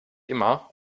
immer